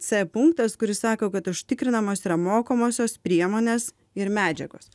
c punktas kuris sako kad užtikrinamos yra mokomosios priemonės ir medžiagos